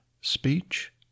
speech